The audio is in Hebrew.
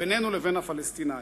בינינו לבין הפלסטינים.